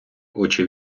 очі